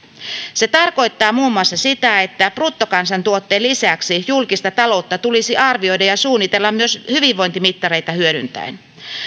se tarkoittaa muun muassa sitä että bruttokansantuotteen lisäksi julkista taloutta tulisi arvioida ja suunnitella myös hyvinvointimittareita hyödyntäen